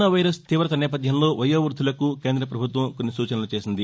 corona virus తీవత నేపథ్యంలో వయో వ్బద్దులకు కేంద్ర ప్రభుత్వం కొన్ని సూచనలు చేసింది